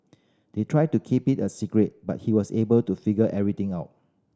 they tried to keep it a secret but he was able to figure everything out